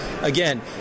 Again